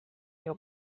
your